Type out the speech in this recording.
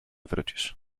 wrócisz